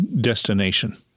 destination